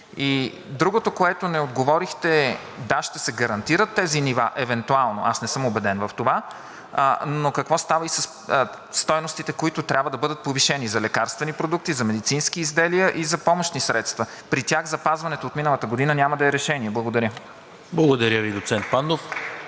Другото, което не отговорихте. Да, ще се гарантират тези нива евентуално, аз не съм убеден в това, но какво става със стойностите, които трябва да бъдат повишени, за лекарствени продукти, за медицински изделия и за помощни средства, а при тях запазването от миналата година няма да е решение? Благодаря. ПРЕДСЕДАТЕЛ НИКОЛА МИНЧЕВ: